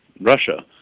Russia